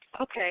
Okay